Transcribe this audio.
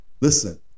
Listen